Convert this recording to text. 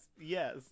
Yes